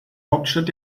hauptstadt